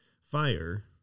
fire